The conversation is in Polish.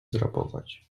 zrabować